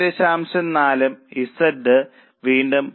4 ഉം Z വീണ്ടും 0